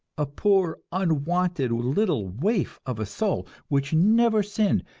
a poor, unwanted little waif of a soul, which never sinned,